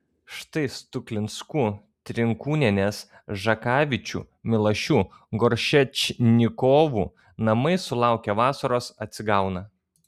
štai stuklinskų trinkūnienės žakavičių milašių goršečnikovų namai sulaukę vasaros atsigauna